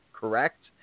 correct